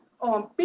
on